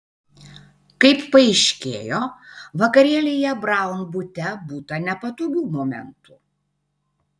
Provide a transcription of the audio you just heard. kaip paaiškėjo vakarėlyje braun bute būta nepatogių momentų